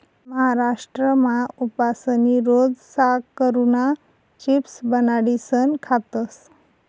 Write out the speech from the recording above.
महाराष्ट्रमा उपासनी रोज साकरुना चिप्स बनाडीसन खातस